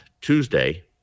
Tuesday